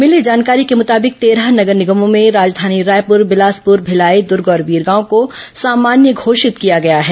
मिली जानकारी के मुताबिक तेरह नगर निगमों में राजधानी रायपुर बिलासपुर भिलाई दूर्ग और बीरगांव को सामान्य घोषित किया गया है